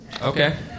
Okay